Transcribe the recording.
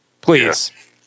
please